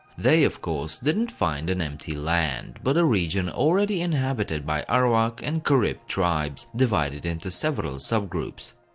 they, of course, didn't find an empty land, but a region already inhabited by arawak and carib tribes divided into several subgroups.